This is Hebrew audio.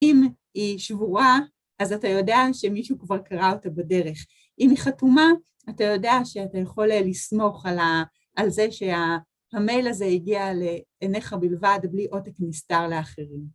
אם היא שבורה, אז אתה יודע שמישהו כבר קרא אותה בדרך. אם היא חתומה, אתה יודע שאתה יכול לסמוך על זה שהמייל הזה הגיע לעיניך בלבד, בלי עותק מוסתר לאחרים.